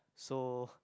so